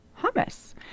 hummus